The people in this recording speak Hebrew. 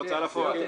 בהוצאה לפועל?